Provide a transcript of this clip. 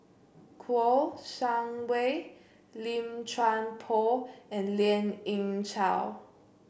Kouo Shang Wei Lim Chuan Poh and Lien Ying Chow